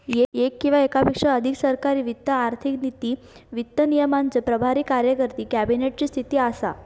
येक किंवा येकापेक्षा अधिक सरकारी वित्त आर्थिक नीती, वित्त विनियमाचे प्रभारी कार्यकारी कॅबिनेट ची स्थिती असा